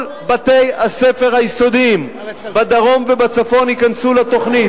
כל בתי-הספר היסודיים בדרום ובצפון ייכנסו לתוכנית.